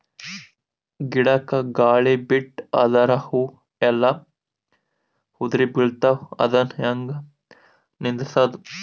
ಗಿಡಕ, ಗಾಳಿ ಬಿಟ್ಟು ಅದರ ಹೂವ ಎಲ್ಲಾ ಉದುರಿಬೀಳತಾವ, ಅದನ್ ಹೆಂಗ ನಿಂದರಸದು?